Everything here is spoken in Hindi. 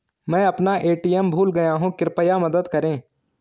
मैं अपना ए.टी.एम भूल गया हूँ, कृपया मदद करें